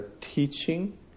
teaching